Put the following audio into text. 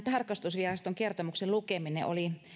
tarkastusviraston kertomuksen lukeminen oli